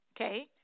Okay